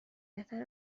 بهتره